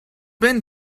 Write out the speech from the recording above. been